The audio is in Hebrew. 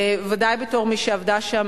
בוודאי בתור מי שעבדה שם,